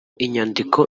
inyandiko